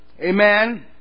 Amen